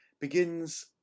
begins